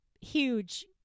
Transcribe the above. huge